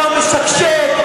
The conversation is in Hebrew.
נתניהו משקשק,